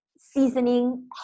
seasoning